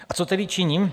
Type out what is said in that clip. A co tedy činím?